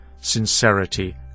sincerity